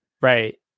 Right